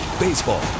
Baseball